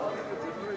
התשע"ב 2012,